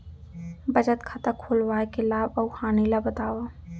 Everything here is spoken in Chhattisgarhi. बचत खाता खोलवाय के लाभ अऊ हानि ला बतावव?